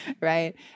right